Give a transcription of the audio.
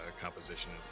composition